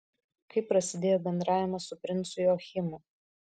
kaip prasidėjo bendravimas su princu joachimu